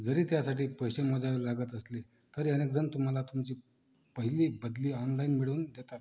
जरी त्यासाठी पैसे मोजावे लागत असले तरी अनेकजण तुम्हाला तुमची पहिली बदली ऑनलाइन मिळवून देतात